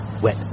wet